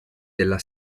della